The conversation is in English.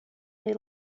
they